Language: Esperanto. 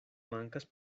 mankas